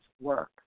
work